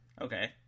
Okay